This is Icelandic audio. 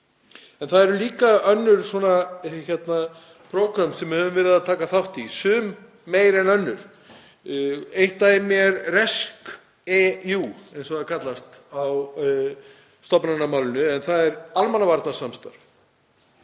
En það eru líka önnur prógrömm sem við höfum verið að taka þátt í, í sumum meira en öðrum. Eitt dæmi er RescEU, eins og það kallast á stofnanamálinu, en það er almannavarnasamstarf.